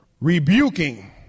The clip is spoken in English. Rebuking